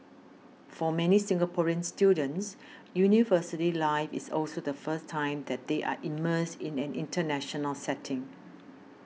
for many Singaporean students university life is also the first time that they are immersed in an international setting